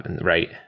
right